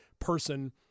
person